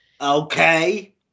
Okay